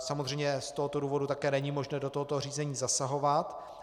Samozřejmě z tohoto důvodu také není možné do tohoto řízení zasahovat.